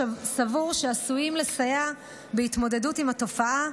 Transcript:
סבור שעשויים לסייע בהתמודדות עם התופעה,